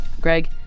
Greg